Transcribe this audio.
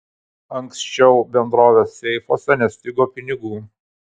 anksčiau bendrovės seifuose nestigo pinigų